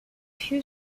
two